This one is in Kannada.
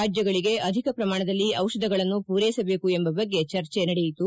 ರಾಜ್ಗಳಿಗೆ ಅಧಿಕ ಪ್ರಮಾಣದಲ್ಲಿ ಔಷಧಗಳನ್ನು ಪೂರೈಸಬೇಕು ಎಂಬ ಬಗ್ಗೆ ಚರ್ಚೆ ನಡೆಯಿತು